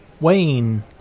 Wayne